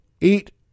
Eat